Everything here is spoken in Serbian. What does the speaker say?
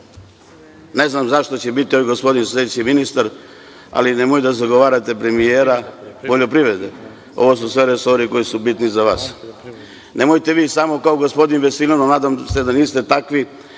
Ne znam za šta će biti ovaj gospodin sledeći ministar, ali nemoj da zagovarate premijera, poljoprivrede, ovo su sve resori koji su bitni za vas. Nemojte vi samo kao gospodin Veselinov, a nadam se da niste takvi,